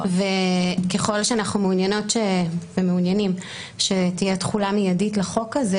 ככל שאנחנו מעוניינים שתהיה תחולה מידית לחוק הזה